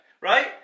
right